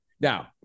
Now